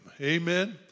Amen